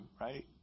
right